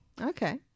Okay